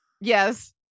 Yes